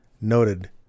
noted